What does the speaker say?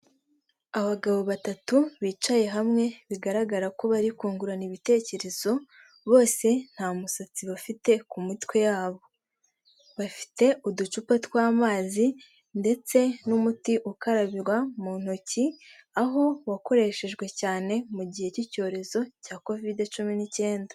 Abagabo batatu bicaye hamwe, bigaragara ko bari kungurana ibitekerezo, bose nta musatsi bafite ku mitwe yabo. Bafite uducupa tw'amazi ndetse n'umuti ukarabirwa mu ntoki, aho wakoreshejwe cyane mu gihe cy'icyorezo cya kovide cumi n'icyenda.